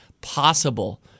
possible